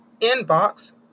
inbox